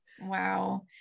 Wow